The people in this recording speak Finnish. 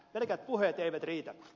pelkät puheet eivät riitä